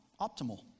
optimal